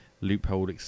loophole